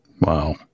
Wow